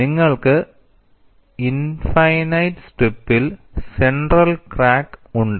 നിങ്ങൾക്ക് ഇൻഫൈനൈറ്റ് സ്ട്രിപ്പിൽ ഒരു സെന്റർ ക്രാക്ക് ഉണ്ട്